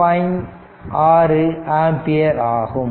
6 ampere ஆகும்